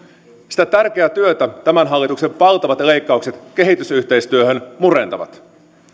sitä tärkeää työtä tämän hallituksen valtavat leikkaukset kehitysyhteistyöhön murentavat